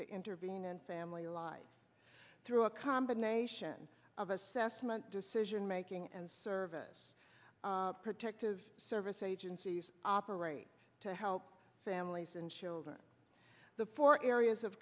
to intervene and family lives through a combination of assessment decision making and service protective service agencies operate to help families and children the four areas of